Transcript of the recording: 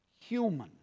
human